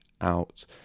out